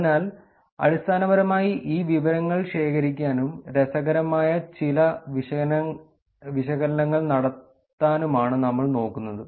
അതിനാൽ അടിസ്ഥാനപരമായി ഈ വിവരങ്ങൾ ശേഖരിക്കാനും രസകരമായ ചില വിശകലനങ്ങൾ നടത്താനുമാണ് നമ്മൾ നോക്കുന്നത്